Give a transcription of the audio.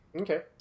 Okay